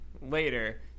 later